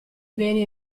beni